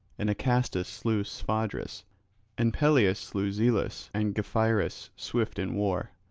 and acastus slew sphodris and peleus slew zelus and gephyrus swift in war.